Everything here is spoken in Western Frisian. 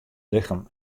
lichem